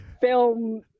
film